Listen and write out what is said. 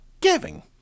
giving